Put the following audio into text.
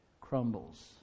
crumbles